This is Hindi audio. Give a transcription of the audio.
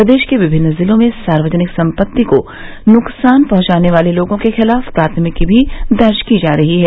प्रदेश के विभिन्न जिलों में सार्वजनिक सम्पत्ति को नुकसान पहुंचाने वाले लोगों के खिलाफ प्राथमिकी भी दर्ज की जा रही है